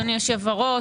אדוני היושב-ראש,